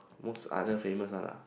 most other famous one ah